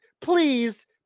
please